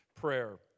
prayer